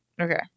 Okay